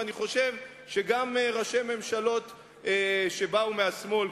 ואני חושב שגם ראשי ממשלות שבאו מהשמאל,